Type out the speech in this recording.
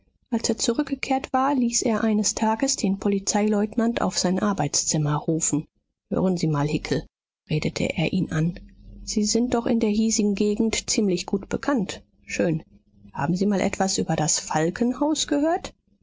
als er zurückgekehrt war ließ er eines tages den polizeileutnant auf sein arbeitszimmer rufen hören sie mal hickel redete er ihn an sie sind doch in der hiesigen gegend ziemlich gut bekannt schön haben sie mal etwas über das falkenhaus gehört